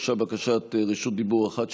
הוגשה בקשת רשות דיבור אחת,